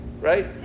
Right